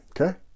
Okay